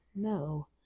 no